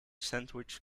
sandwich